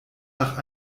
nach